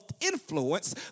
influence